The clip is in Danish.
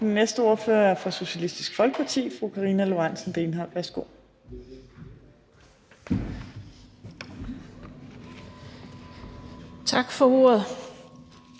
Den næste ordfører er fra Socialistisk Folkeparti, fru Karina Lorentzen Dehnhardt. Værsgo. Kl.